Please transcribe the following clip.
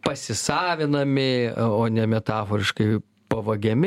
pasisavinami o ne metaforiškai pavagiami